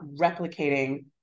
replicating